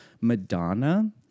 Madonna